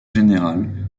général